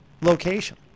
location